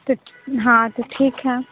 फिर हाँ तो ठीक है